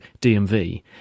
dmv